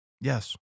Yes